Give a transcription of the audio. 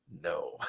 no